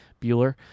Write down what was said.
bueller